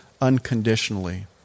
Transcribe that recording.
unconditionally